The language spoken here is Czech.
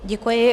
Děkuji.